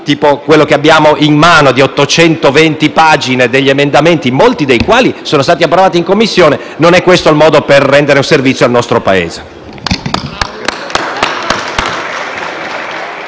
come quello che abbiamo in mano, di 820 pagine, molti dei quali sono stati approvati in Commissione. Non è questo il modo per rendere un servizio al nostro Paese.